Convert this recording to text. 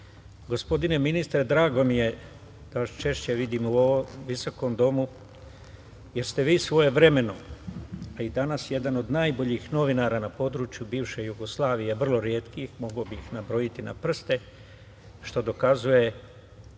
gospodine ministre drago mi je da vas češće vidim u ovom visokom domu jer ste vi svojevremeno, a i danas jedan od najboljih novinara na području bivše Jugoslavije, vrlo retki, mogao bih nabrojiti na prste, što dokazuje